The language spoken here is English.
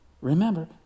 Remember